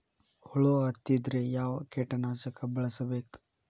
ಹುಳು ಹತ್ತಿದ್ರೆ ಯಾವ ಕೇಟನಾಶಕ ಬಳಸಬೇಕ?